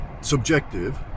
subjective